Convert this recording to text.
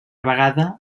vegada